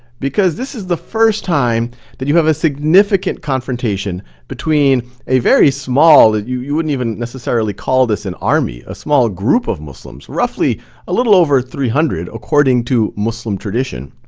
because this is the first time that you have a significant confrontation between a very small, you you wouldn't even necessarily call this an army, a small group of muslims, roughly a little over three hundred according to muslim tradition,